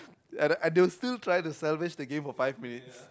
and they will still try to salvage the game for five minutes